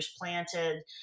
planted